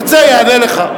ירצה, יענה לך.